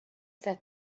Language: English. set